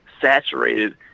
saturated